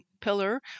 pillar